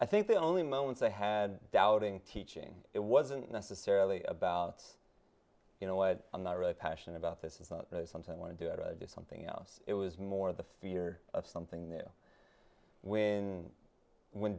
i think the only moment they had doubting teaching it wasn't necessarily about you know what i'm not really passionate about this is not something i want to do i do something else it was more the fear of something new when when